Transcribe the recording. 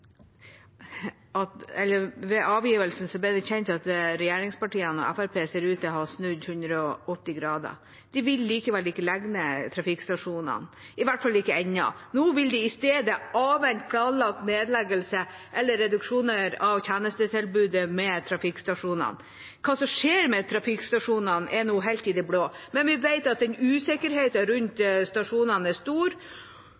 regjeringspartiene og Fremskrittspartiet ser ut til å ha snudd 180 grader. De vil likevel ikke legge ned trafikkstasjonene – i hvert fall ikke ennå. Nå vil de i stedet «avvente planlagte nedleggelser eller reduksjoner av tjenestetilbud ved trafikkstasjonene». Hva som skjer med trafikkstasjonene, er nå helt i det blå, men vi vet at usikkerheten rundt stasjonene er